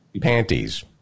panties